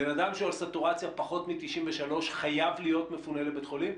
בן אדם שהסטורציה פחות מ-93 חייב להיות מפונה לבית החולים?